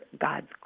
God's